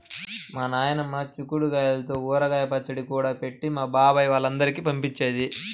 మా నాయనమ్మ చిక్కుడు గాయల్తో ఊరగాయ పచ్చడి కూడా పెట్టి బాబాయ్ వాళ్ళందరికీ పంపించేది